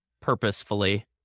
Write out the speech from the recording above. purposefully